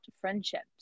friendships